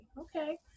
Okay